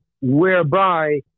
whereby